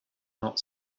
not